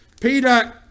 Peter